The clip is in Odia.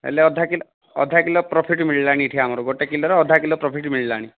ହେଲେ ଅଧା କିଲୋ ଅଧା କିଲୋ ପ୍ରଫିଟ୍ ମିଳିଲାଣି ଏଠି ଆମର ଗୋଟେ କିଲୋର ଅଧା କିଲୋ ପ୍ରଫିଟ୍ ମିଳିଲାଣି